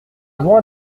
loin